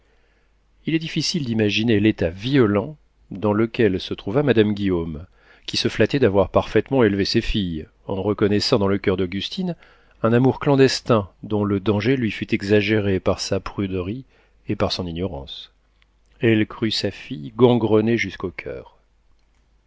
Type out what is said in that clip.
il est difficile d'imaginer l'état violent dans lequel se trouva madame guillaume qui se flattait d'avoir parfaitement élevé ses filles en reconnaissant dans le coeur d'augustine un amour clandestin dont le danger lui fut exagéré par sa pruderie et son ignorance elle crut sa fille gangrenée jusqu'au coeur